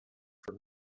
for